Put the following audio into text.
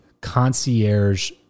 concierge